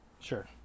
Sure